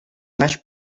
naix